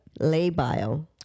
Labile